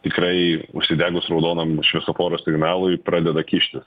tikrai užsidegus raudonam šviesoforo signalui pradeda kištis